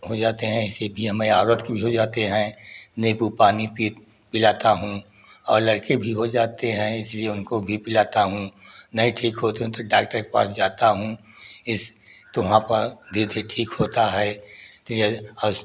हो जाते हैं ऐसे भी हमारे औरत के भी हो जाते हैं नीबू पानी पिलाता हूँ और लड़के भी हो जाते हैं इसलिए उनको भी पिलाता हूँ नहीं ठीक होते हैं तो डाक्टर के पास जाता हूँ इस तो वहाँ पर धीरे धीरे ठीक होता है तो जैसे और